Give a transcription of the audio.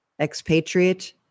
expatriate